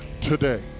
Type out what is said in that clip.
today